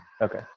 Okay